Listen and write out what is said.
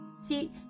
See